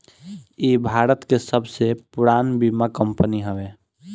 इ भारत के सबसे पुरान बीमा कंपनी हवे